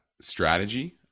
strategy